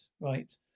Right